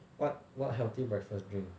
what what healthy breakfast drink